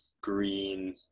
green